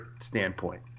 standpoint